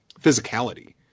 physicality